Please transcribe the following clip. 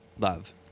Love